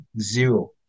zero